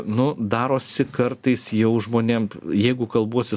nu darosi kartais jau žmonėm jeigu kalbuosi